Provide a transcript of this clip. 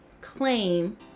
claim